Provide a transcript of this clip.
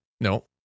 No